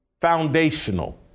foundational